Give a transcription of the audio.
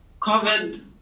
COVID